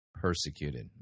persecuted